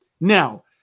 now